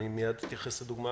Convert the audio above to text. אני מיד אתייחס לדוגמה